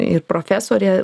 ir profesorė